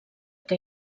que